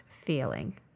feeling